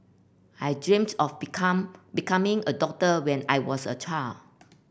I dreamt of become becoming a doctor when I was a child